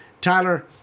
Tyler